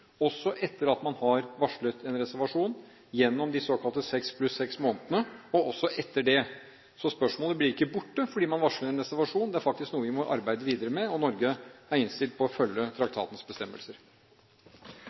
også etter at man har varslet en reservasjon gjennom de såkalte seks pluss seks måneder, og også etter det. Spørsmålet blir ikke borte selv om man varsler en reservasjon, det er faktisk noe vi må arbeide videre med. Norge er innstilt på å følge